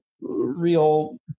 real